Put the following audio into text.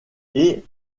des